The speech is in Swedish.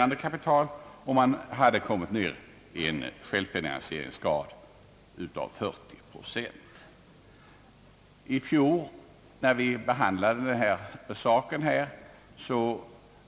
Nu hade man kommit ned i en självfinansieringsgrad av 40 procent. När vi i fjol behandlade denna fråga här